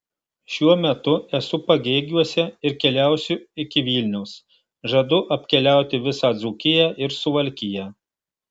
šiuo metu esu pagėgiuose ir keliausiu iki vilniaus žadu apkeliauti visą dzūkiją ir suvalkiją